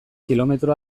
kilometro